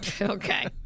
Okay